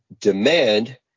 demand